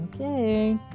Okay